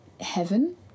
heaven